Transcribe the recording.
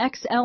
XL